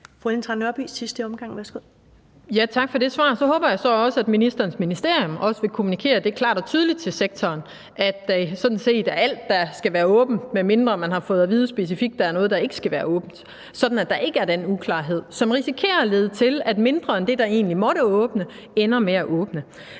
Kl. 16:39 Ellen Trane Nørby (V): Tak for det svar. Så håber jeg, at ministerens ministerium også vil kommunikere det klart og tydeligt til sektoren, nemlig at alt, der skal være åbent, medmindre man specifikt har fået at vide, at der er noget, der ikke skal være åbent, er åbent, sådan at der ikke er den uklarhed, som risikerer at føre til, at mindre end det, der egentlig måtte åbne, ender med at åbne.